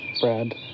Brad